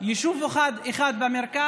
יישוב אחד במרכז